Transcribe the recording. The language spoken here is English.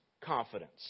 confidence